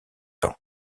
ans